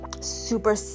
super